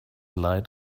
light